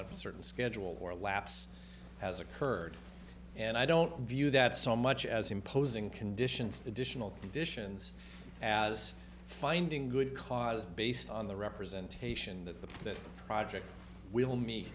a certain schedule or lapse has occurred and i don't view that so much as imposing conditions additional conditions as finding good cause based on the representation that the project will me